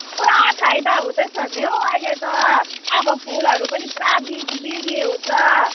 पुरा फाइदा हुँदैछ नि हौ अहिले त अब फुलहरू पनि पुरा बि बिक्री हुन्छ